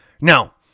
Now